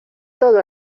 todo